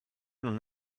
non